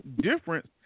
difference